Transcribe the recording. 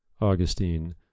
Augustine